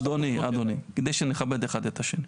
אדוני, כדי שנכבד אחד את השני.